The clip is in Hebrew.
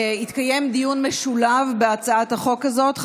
יתקיים דיון משולב בהצעת החוק הזאת של